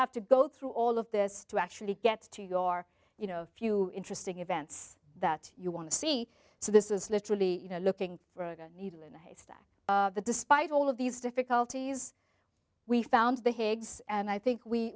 have to go through all of this to actually get to your you know a few interesting events that you want to see so this is literally you know looking for a needle in a haystack the despite all of these difficulties we found the higgs and i think we